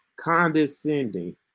condescending